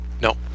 No